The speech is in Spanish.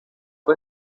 fue